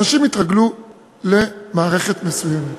אנשים התרגלו למערכת מסוימת,